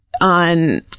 on